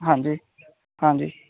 ਹਾਂਜੀ